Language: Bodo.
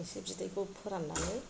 एसे बिदैखौ फोराननानै